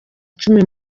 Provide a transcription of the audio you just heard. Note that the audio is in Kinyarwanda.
cumi